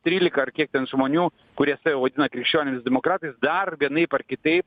trylika ar kiek ten žmonių kurie save vadina krikščionimis demokratais dar vienaip ar kitaip